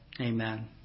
amen